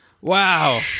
Wow